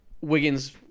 Wiggins